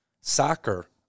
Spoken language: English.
Soccer